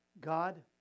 God